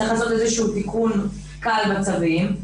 צריך לעשות איזשהו תיקון קל בצווים,